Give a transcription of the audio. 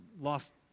lost